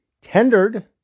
tendered